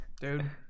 Dude